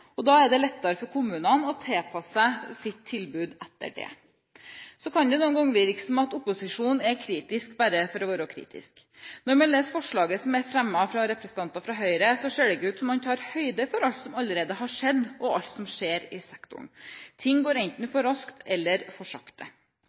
og da er det lettere for kommunene å tilpasse sitt tilbud etter det. Det kan noen ganger virke som om opposisjonen er kritisk bare for å være kritisk. Når man leser forslaget som er fremmet av representanter fra Høyre, ser det ikke ut som om man tar høyde for alt som allerede har skjedd, og alt som skjer, i sektoren – ting går enten